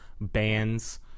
bands